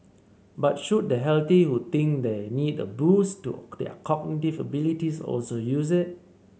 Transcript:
but should the healthy who think they need a boost to their cognitive abilities also use it